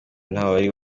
ntawari